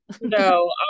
no